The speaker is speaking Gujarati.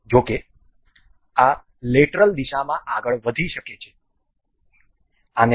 જો કે આ લેટરલ દિશામાં આગળ વધી શકે છે